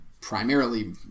primarily